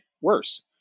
worse